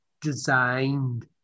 designed